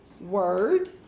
word